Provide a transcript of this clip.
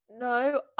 No